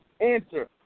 answer